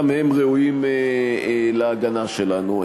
גם הם ראויים להגנה שלנו,